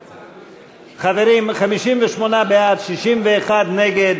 חברים, 58 בעד, 61 נגד.